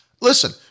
Listen